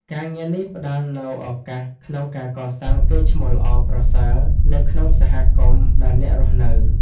ការងារនេះផ្តល់នូវឱកាសក្នុងការកសាងកេរ្តិ៍ឈ្មោះល្អប្រសើរនៅក្នុងសហគមន៍ដែលអ្នករស់នៅ។